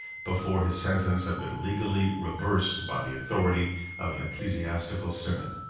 before his sentence had been legally reversed by the authority of an ecclesiastical synod.